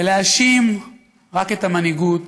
ולהאשים רק את המנהיגות,